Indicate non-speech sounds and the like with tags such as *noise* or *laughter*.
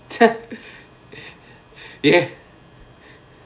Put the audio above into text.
*noise*